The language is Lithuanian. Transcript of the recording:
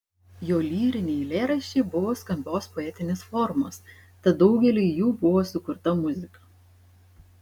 jo lyriniai eilėraščiai buvo skambios poetinės formos tad daugeliui jų buvo sukurta muzika